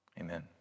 Amen